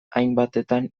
hainbatetan